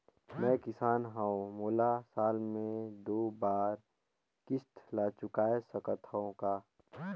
मैं किसान हव मोला साल मे दो बार किस्त ल चुकाय सकत हव का?